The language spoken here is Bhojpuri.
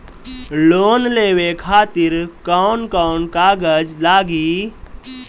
लोन लेवे खातिर कौन कौन कागज लागी?